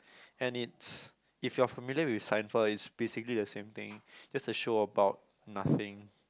and it's if you're familiar with Seinfeld it's basically the same thing just the show about nothing